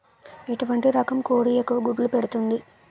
ఎటువంటి రకం కోడి ఎక్కువ గుడ్లు పెడుతోంది?